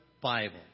Bible